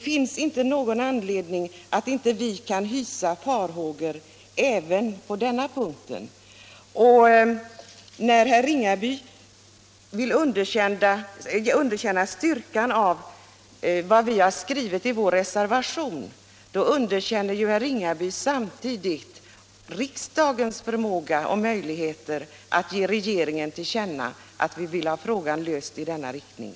Vi har därför anledning att hysa farhågor även på denna punkt. Och när herr Ringaby vill underkänna styrkan i vad vi skrivit i vår reservation underkänner ju herr Ringaby samtidigt riksdagens förmåga och möjligheter att ge regeringen till känna att vi vill ha problemet löst i denna riktning.